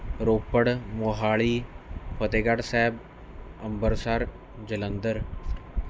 Ropar Mohali Fatehgarh Sahib Ambarsar Jalandhar